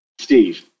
Steve